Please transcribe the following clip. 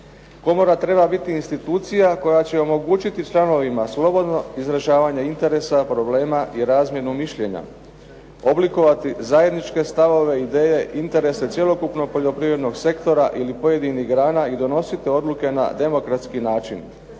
Komora treba biti institucija koja će omogućiti članovima slobodno izražavanje interesa problema i razmjenu mišljenja. Oblikovati zajedničke ideje i interese cjelokupnog poljoprivrednog sektora ili pojedinih grana i donositi odluke na demokratski način.